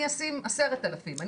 אני אשים 10 אלפים,